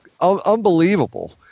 unbelievable